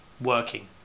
working